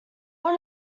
one